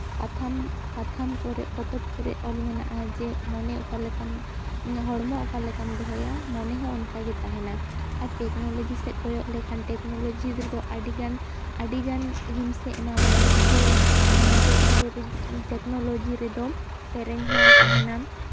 ᱯᱟᱛᱷᱟᱢ ᱯᱟᱛᱷᱟᱢ ᱠᱚᱨᱮᱜ ᱯᱚᱛᱚᱵ ᱠᱚᱨᱮᱜ ᱚᱞ ᱢᱮᱱᱟᱜᱼᱟ ᱡᱮ ᱢᱚᱱᱮ ᱚᱠᱟ ᱞᱮᱠᱟᱢ ᱢᱟᱱᱮ ᱦᱚᱲᱢᱚ ᱚᱠᱟ ᱞᱮᱠᱟᱢ ᱫᱚᱦᱚᱭᱟ ᱢᱚᱱᱮ ᱦᱚᱸ ᱚᱱᱠᱟᱜᱮ ᱛᱟᱦᱮᱱᱟ ᱟᱨ ᱴᱮᱠᱱᱳᱞᱚᱡᱤ ᱥᱮᱜ ᱮᱢ ᱠᱚᱭᱚᱜ ᱞᱮᱠᱷᱟᱱ ᱴᱮᱠᱱᱳᱞᱚᱡᱤ ᱨᱮᱫᱚ ᱟᱹᱰᱤᱜᱟᱱ ᱟᱹᱰᱤᱜᱟᱱ ᱦᱤᱱᱥᱮ ᱮᱢᱟ ᱢᱟᱭ ᱡᱮ ᱴᱮᱠᱱᱳ ᱴᱮᱠᱱᱳᱞᱚᱡᱤ ᱨᱮᱫᱚ ᱥᱮᱨᱮᱧ ᱦᱚᱸ ᱛᱟᱦᱮᱱᱟ